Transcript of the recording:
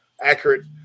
Accurate